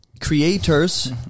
creators